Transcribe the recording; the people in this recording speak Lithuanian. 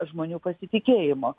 žmonių pasitikėjimo